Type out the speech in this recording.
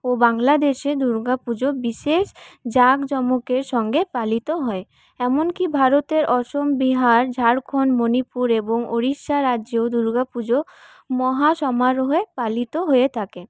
ও বাংলাদেশে দুর্গাপুজো বিশেষ জাঁকজমকের সঙ্গে পালিত হয় এমনকি ভারতের অসম বিহার ঝাড়খণ্ড মনিপুর এবং ওড়িষ্যা রাজ্যেও দুর্গাপুজো মহা সমারোহে পালিত হয়ে থাকে